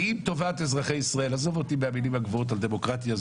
ואם טובת אזרחי ישראל עזוב אותי מהמילים הגבוהות על דמוקרטיה,